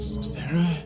Sarah